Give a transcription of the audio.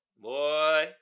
Boy